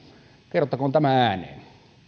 kerrottakoon tämä ääneen